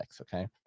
okay